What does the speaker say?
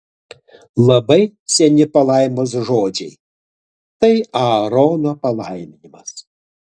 labai seni palaimos žodžiai tai aarono palaiminimas